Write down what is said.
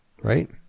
right